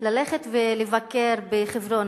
ללכת ולבקר בחברון.